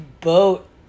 boat